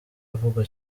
avugwa